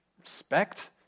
respect